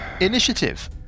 initiative